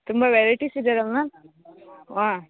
ತುಂಬ ವೆರೈಟೀಸ್ ಇದೆಯಲ್ಲ ಮ್ಯಾಮ್ ಹಾಂ